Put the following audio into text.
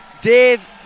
Dave